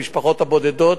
המשפחות הבודדות,